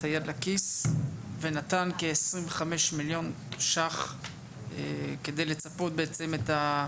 היד לכיס ונתן כ-25 מיליון ש"ח כדי לצפות בעצם את,